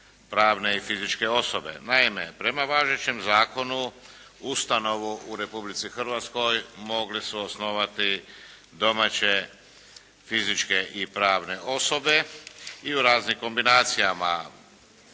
pravne i fizičke osobe. Naime, prema važećem zakonu ustanovu u Republici Hrvatskoj mogli su osnovati domaće fizičke i pravne osobe i u raznim kombinacijama